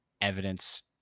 evidence